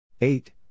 eight